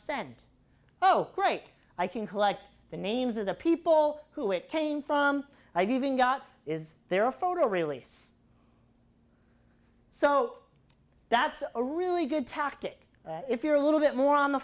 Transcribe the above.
sent oh great i can collect the names of the people who it came from i even got is there a photo released so that's a really good tactic if you're a little bit more on the